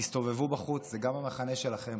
תסתובבו בחוץ, זה גם המחנה שלכם.